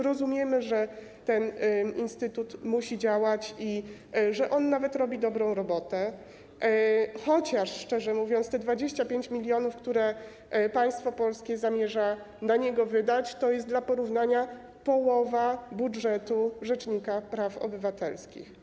Rozumiemy, że instytut musi działać i że on nawet robi dobrą robotę, chociaż szczerze mówiąc, 25 mln zł, które państwo polskie zamierza na niego wydać, to jest - dla porównania - połowa budżetu rzecznika praw obywatelskich.